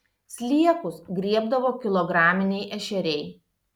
sliekus griebdavo kilograminiai ešeriai